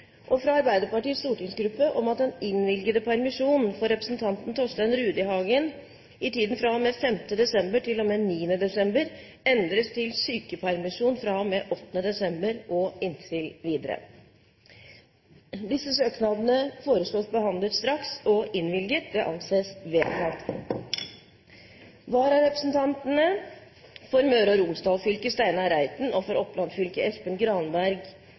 Reykjavik fra Arbeiderpartiets stortingsgruppe om at den innvilgede permisjon for representanten Torstein Rudihagen i tiden fra og med 5. desember til og med 9. desember endres til sykepermisjon fra og med 8. desember og inntil videre Etter forslag fra presidenten ble enstemmig besluttet: Søknadene behandles straks og innvilges. Vararepresentantene, for Møre og Romsdal fylke Steinar Reiten og for Oppland fylke Espen Granberg